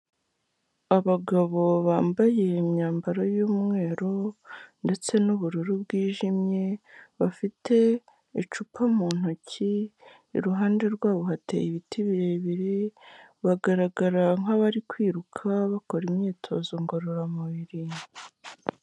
Abagabo bambaye imyambaro y'umweru ndetse n'ubururu bwijimye, bafite icupa mu ntoki, iruhande rwabo hateye ibiti birebire, bagaragara nk'abari kwiruka bakora imyitozo ngororamubiri.